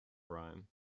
rhyme